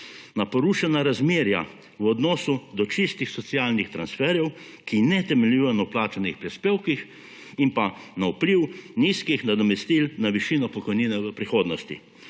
na porušena razmerja v odnosu do čistih socialnih transferjev, ki ne temeljijo na vplačanih prispevkih, in pa na vpliv nizkih nadomestil na višino pokojnine v prihodnosti.